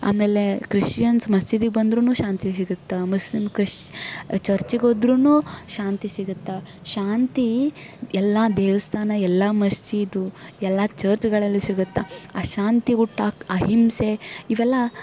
ಆಮೇಲೆ ಕ್ರಿಶ್ಚಿಯನ್ಸ್ ಮಸೀದಿಗೆ ಬಂದ್ರೂ ಶಾಂತಿ ಸಿಗುತ್ತಾ ಮುಸ್ಲಿಂ ಕ್ರಿಶ್ ಚರ್ಚಿಗೆ ಹೋದ್ರೂ ಶಾಂತಿ ಸಿಗುತ್ತಾ ಶಾಂತಿ ಎಲ್ಲ ದೇವಸ್ಥಾನ ಎಲ್ಲ ಮಸೀದು ಎಲ್ಲ ಚರ್ಚ್ಗಳಲ್ಲಿ ಸಿಗುತ್ತಾ ಆ ಶಾಂತಿ ಹುಟ್ಟೋಕೆ ಅಹಿಂಸೆ ಇವೆಲ್ಲ